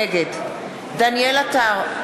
נגד דניאל עטר,